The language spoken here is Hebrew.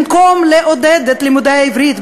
במקום לעודד את לימודי העברית,